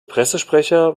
pressesprecher